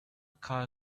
call